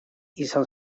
izan